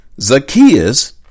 Zacchaeus